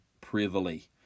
privily